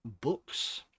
books